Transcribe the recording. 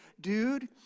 dude